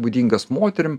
būdingas moterim